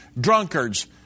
drunkards